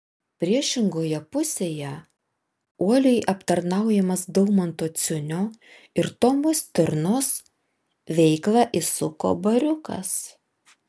priešingoje pusėje uoliai aptarnaujamas daumanto ciunio ir tomo stirnos veiklą įsuko bariukas